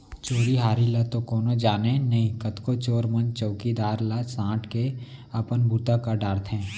चोरी हारी ल तो कोनो जाने नई, कतको चोर मन चउकीदार ला सांट के अपन बूता कर डारथें